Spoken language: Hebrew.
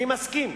אני מסכים,